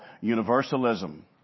universalism